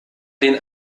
den